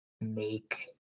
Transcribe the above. make